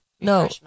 no